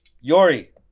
Yori